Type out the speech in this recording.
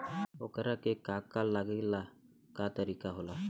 ओकरा के का का लागे ला का तरीका होला?